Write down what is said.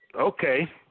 Okay